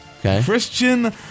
Christian